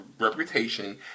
reputation